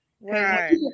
Right